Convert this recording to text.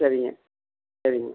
சரிங்க சரிங்க